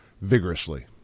vigorously